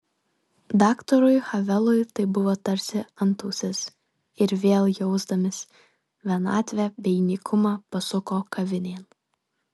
daktarui havelui tai buvo tarsi antausis ir vėl jausdamas vienatvę bei nykumą pasuko kavinėn